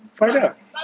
find ah